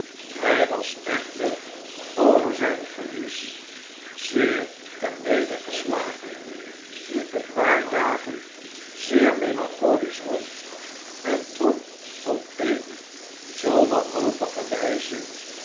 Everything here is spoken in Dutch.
hij was echter over zijn verlies zeer ter neder geslagen liep een paar dagen zeer melancholisch rond en trok op eene zoo wanhopige wijze